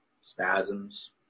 spasms